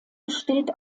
besteht